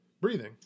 Breathing